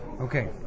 Okay